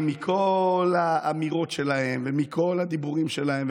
מכל האמירות שלהם ומכל הדיבורים שלהם,